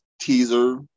teaser